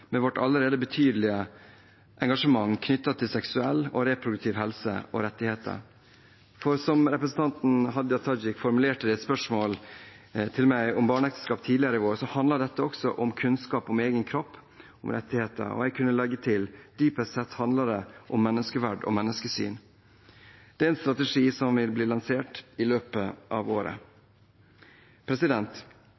med vårt allerede betydelige engasjement knyttet til seksuell og reproduktiv helse og rettigheter, for som representanten Hadia Tajik formulerte det i et spørsmål til meg om barneekteskap tidligere i vår, handler dette også om kunnskap om egen kropp og rettigheter. Og jeg kunne legge til: Dypest sett handler det om menneskeverd og menneskesyn. Det er en strategi som vil bli lansert i løpet av året.